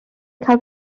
cael